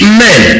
men